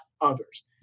others